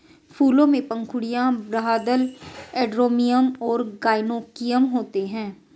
फूलों में पंखुड़ियाँ, बाह्यदल, एंड्रोमियम और गाइनोइकियम होते हैं